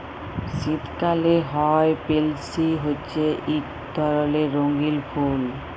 শীতকালে হ্যয় পেলসি হছে ইক ধরলের রঙ্গিল ফুল